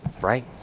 right